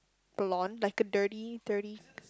blonde like a dirty dirty